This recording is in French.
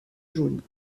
jaune